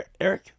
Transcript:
Eric